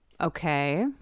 Okay